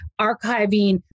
archiving